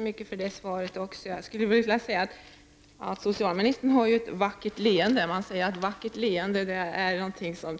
Herr talman! Tack så mycket för det svaret också. Socialministern har ett vackert leende. Man säger att ett vackert leende